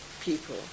people